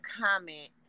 comment